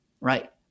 right